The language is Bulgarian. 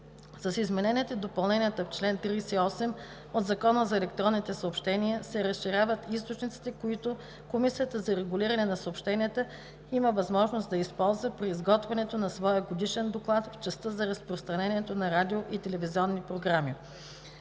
С измененията и допълненията в чл. 38 от Закона за електронните съобщения се разширяват източниците, които Комисията за регулиране на съобщенията има възможност да използва при изготвянето на своя годишен доклад в частта за разпространението на радио- и телевизионни програми.